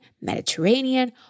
Mediterranean